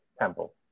temple